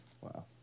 Wow